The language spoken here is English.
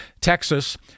Texas